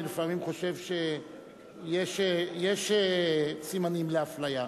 אני לפעמים חושב שיש סימנים לאפליה,